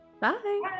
bye